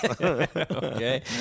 Okay